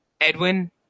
Edwin